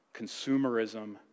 consumerism